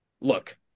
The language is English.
look –